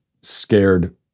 scared